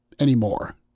anymore